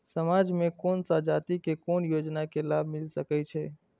समाज में कोन सा जाति के कोन योजना के लाभ मिल सके छै?